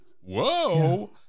Whoa